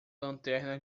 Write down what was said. lanterna